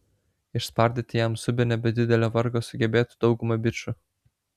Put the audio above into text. išspardyti jam subinę be didelio vargo sugebėtų dauguma bičų